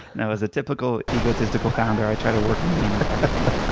you know as a typical egotistical founder, i try to work my name into everything.